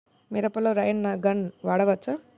మిరపలో rain gun వాడవచ్చా?